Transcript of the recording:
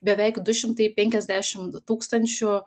beveik du šimtai penkiasdešim tūkstančių